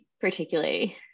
particularly